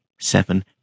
seven